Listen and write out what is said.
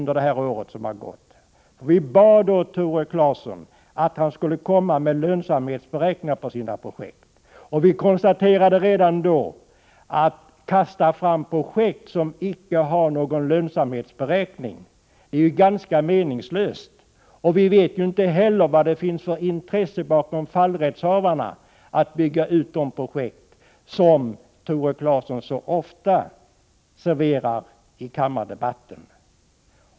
Vi bad i utskottet Tore Claeson lämna lönsamhetsberäkningar över sina projekt. Vi konstaterade redan då att det är ganska meningslöst att kasta fram projekt som icke har någon lönsamhetsberäkning. Vi vet inte heller vilket intresse fallrättshavarna har att bygga ut de projekt som Tore Claeson så ofta serverar i kammardebatten.